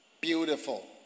Beautiful